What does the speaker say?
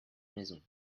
maison